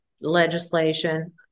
legislation